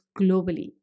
globally